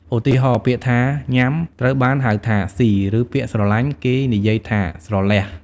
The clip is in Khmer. ឧទាហរណ៍ ពាក្យថា "ញ៉ាំ" ត្រូវបានហៅថា "ស៊ី" ឬពាក្យ "ស្រឡាញ់" គេនិយាយថា "ស្រលះ"។